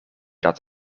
dat